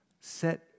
set